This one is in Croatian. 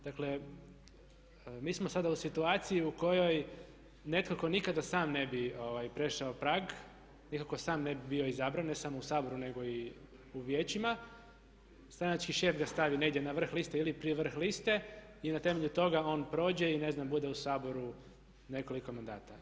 Dakle mi smo sada u situaciji u kojoj netko tko nikada sam ne bi prešao prag, nekako sam ne bi bio izabran, ne samo u Saboru nego i u vijećima, stranački šef ga stavi negdje na vrh liste ili pri vrh liste i na temelju toga on prođe i ne znam bude u Saboru nekoliko mandata.